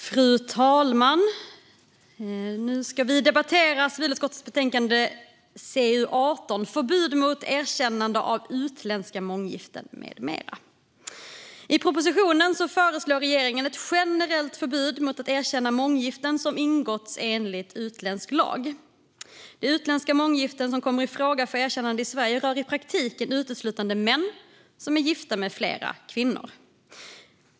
Fru talman! Vi ska nu debattera civilutskottets betänkande CU18 Förbud mot erkännande av utländska månggiften m .m . I propositionen föreslår regeringen ett generellt förbud mot att erkänna månggiften som ingåtts enligt utländsk lag. De utländska månggiften som kommer i fråga för erkännande i Sverige rör i praktiken uteslutande män som är gifta med flera kvinnor.